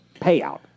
payout